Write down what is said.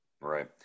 Right